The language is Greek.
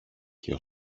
και